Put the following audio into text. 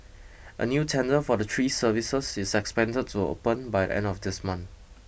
a new tender for the three services is expected to open by the end of this month